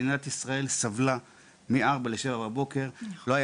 מדינת ישראל סבלה בכל יום החל מהשעה 16:00 עד הבוקר כי לא הייתה